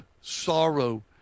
sorrow